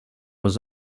was